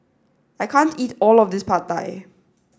I can't eat all of this Pad Thai